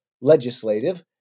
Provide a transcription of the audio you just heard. legislative